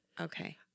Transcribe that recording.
Okay